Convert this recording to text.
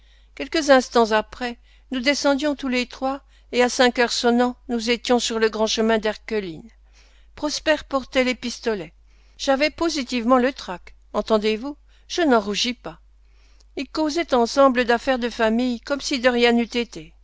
quelques instants après nous descendions tous les trois et à cinq heures sonnant nous étions sur le grand chemin d'erquelines prosper portait les pistolets j'avais positivement le trac entendez-vous je n'en rougis pas ils causaient ensemble d'affaires de famille comme si de rien n'eût été